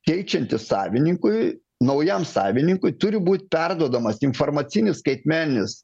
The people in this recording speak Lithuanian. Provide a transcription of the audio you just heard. keičiantis savininkui naujam savininkui turi būt perduodamas informacinis skaitmeninis